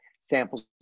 samples